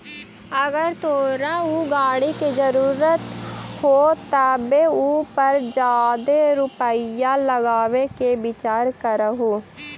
अगर तोरा ऊ गाड़ी के जरूरत हो तबे उ पर जादे रुपईया लगाबे के विचार करीयहूं